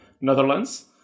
Netherlands